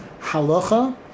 Halacha